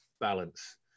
balance